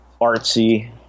artsy